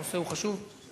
הנושא חשוב.